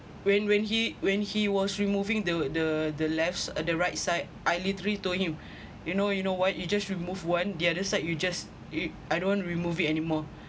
when when he when he was removing the the the left or the right side I literally told him you know you know what you just remove one the other side you just it I don't want to remove it anymore